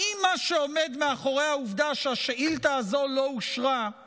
האם מה שעומד מאחורי העובדה שהשאילתה הזו לא אושרה הוא